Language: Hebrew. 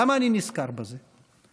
למה אני נזכר בזה?